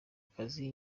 kazi